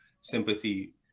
sympathy